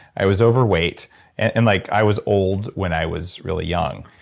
i was overweight and like i was old when i was really young.